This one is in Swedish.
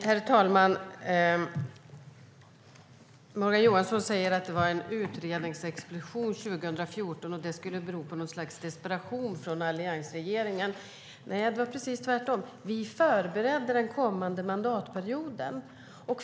Herr talman! Morgan Johansson säger att det var en utredningsexplosion 2014 och att det skulle bero på något slags desperation hos alliansregeringen. Det var precis tvärtom. Vi förberedde för den kommande mandatperioden.